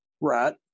right